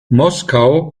moskau